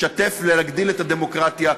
לשתף ולהגדיל את הדמוקרטיה,